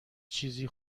چیزی